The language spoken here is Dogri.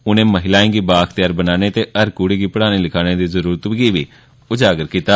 उनें महिलाएं गी बाअख्तेयार बनाने ते हर कुड़ी गी पढ़ाने लिखानें दी जरूरत गी बी उजागर कीता